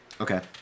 Okay